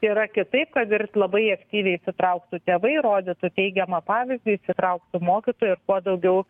yra kitaip kad ir labai aktyviai įsitrauktų tėvai rodytų teigiamą pavyzdį įsitrauktų mokytojai ir kuo daugiau